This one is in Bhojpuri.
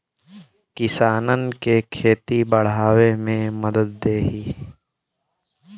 किसानन के खेती बड़ावे मे मदद देई